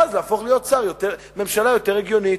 ואז להפוך להיות ממשלה יותר הגיונית.